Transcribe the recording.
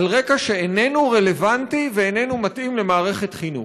על רקע שאיננו רלוונטי ואיננו מתאים למערכת חינוך.